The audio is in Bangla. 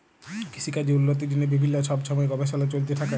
কিসিকাজের উল্লতির জ্যনহে বিভিল্ল্য ছব ছময় গবেষলা চলতে থ্যাকে